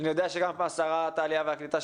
אני יודע שעבור שרת העלייה והקליטה,